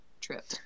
trip